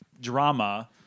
drama